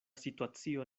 situacio